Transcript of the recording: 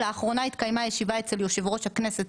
לאחרונה התקיימה ישיבה אצל יושב-ראש הכנסת